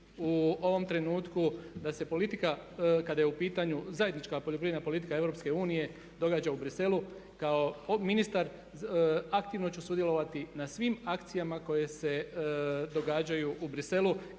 u ovom trenutku da se politika kada je u pitanju zajednička poljoprivredna politika EU događa u Bruxellesu kao ministar aktivno ću sudjelovati na svim akcijama koje se događaju u Bruxellesu